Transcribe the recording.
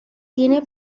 tiene